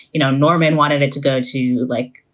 you know, norman wanted it to go to, like,